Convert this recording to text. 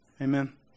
Amen